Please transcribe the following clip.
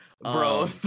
Bro